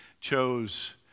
chose